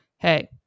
Hey